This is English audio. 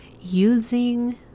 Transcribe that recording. using